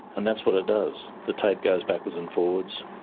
and that's what it does. the tape goes backwards and forwards,